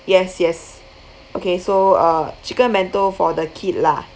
yes yes okay so uh chicken bento for the kid lah